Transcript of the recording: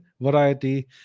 variety